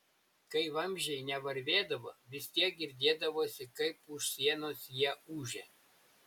kai vamzdžiai nevarvėdavo vis tiek girdėdavosi kaip už sienos jie ūžia